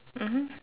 mmhmm